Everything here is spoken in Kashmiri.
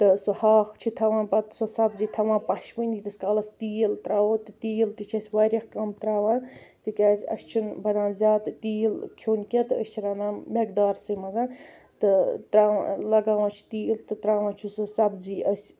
تہٕ سُہ ہاکھ چھِ تھاوان پَتہٕ سۄ سبزی تھاوان پَشپٕنۍ ییتِس کالس تیٖل تراوو تہٕ تیٖل تہِ چھِ أسۍ واریاہ کَم تراوان تہِ کیازِ اَسہِ چھُنہٕ بنان زیادٕ تیٖل کھیٚون کیٚنٛہہ تہٕ أسۍ چھِ رنان میقدارسی منٛز تہِ تراوان لگاوان چھِ تیٖل تہٕ تراوان چھِ سُہ سبزی أسۍ